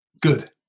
Good